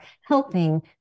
helping